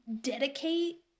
dedicate